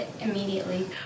Immediately